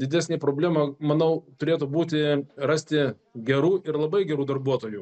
didesnė problema manau turėtų būti rasti gerų ir labai gerų darbuotojų